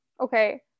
okay